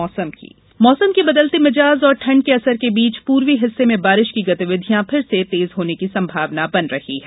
मौसम मौसम के बदलते मिजाज और ठंड के असर के बीच पूर्वी हिस्से में बारिश की गतिविधियां फिर से तेज होने की संभावना बन रही है